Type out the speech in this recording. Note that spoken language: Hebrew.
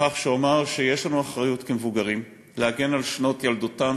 בכך שאומר שיש לנו אחריות כמבוגרים להגן על שנות ילדותם,